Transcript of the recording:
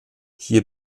hier